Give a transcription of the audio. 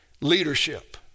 leadership